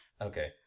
okay